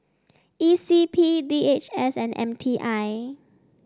E C P D H S and M T I